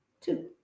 two